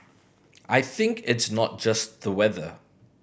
I think it's not just the weather